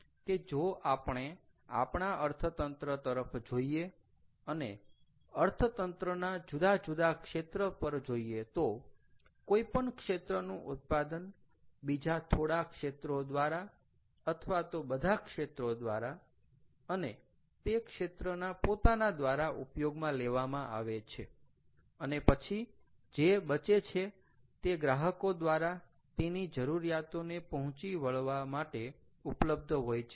કે જો આપણે આપણા અર્થતંત્ર તરફ જોઈએ અને અર્થતંત્રના જુદા જુદા ક્ષેત્ર પર જોઈએ તો કોઈ પણ ક્ષેત્રનું ઉત્પાદન બીજા થોડા ક્ષ્ત્રો દ્વારા અથવા તો બધા ક્ષેત્રો દ્વારા અને તે ક્ષેત્રના પોતાના દ્વારા ઉપયોગમાં લેવામાં આવે છે અને પછી જે બચે છે તે ગ્રાહકો દ્વારા તેની જરૂરિયાતોને પહોંચી વળવા માટે ઉપલબ્ધ હોય છે